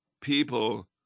people